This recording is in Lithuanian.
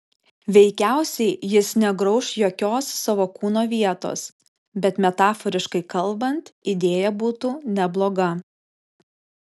veikiausiai jis negrauš jokios savo kūno vietos bet metaforiškai kalbant idėja būtų nebloga